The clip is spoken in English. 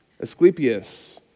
Asclepius